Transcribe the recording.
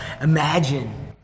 Imagine